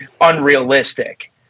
unrealistic